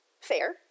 fair